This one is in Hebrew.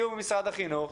בתיאום עם משרד החינוך,